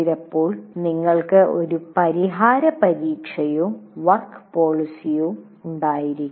ചിലപ്പോൾ നിങ്ങൾക്ക് ഒരു പരിഹാരപരീക്ഷയോ വർക്ക് പോളിസിയോ ഉണ്ടായിരിക്കും